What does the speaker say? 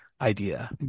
idea